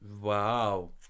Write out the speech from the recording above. Wow